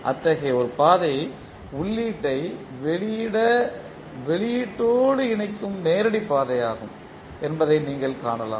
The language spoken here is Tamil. அத்தகைய ஒரு பாதை உள்ளீட்டை வெளியீட வெளியீட்டோடு இணைக்கும் நேரடி பாதையாகும் என்பதை நீங்கள் காணலாம்